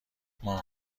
ماه